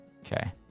Okay